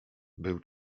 był